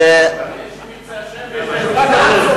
יש "אם ירצה השם" ויש "בעזרת השם".